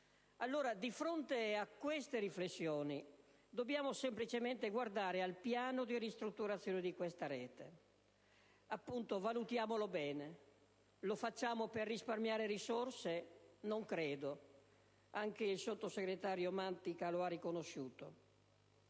diverse. Di fronte a queste riflessioni, dobbiamo semplicemente guardare al piano di ristrutturazione di questa rete. Valutiamolo bene: lo facciamo per risparmiare risorse? Non credo: anche il sottosegretario Mantica lo ha riconosciuto.